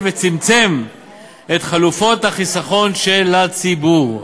וצמצם את חלופות החיסכון של הציבור.